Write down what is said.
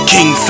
King